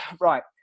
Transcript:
right